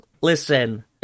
Listen